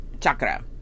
chakra